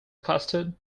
custard